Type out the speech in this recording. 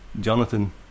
Jonathan